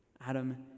Adam